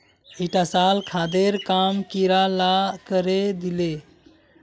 ईटा साल खादेर काम कीड़ा ला करे दिले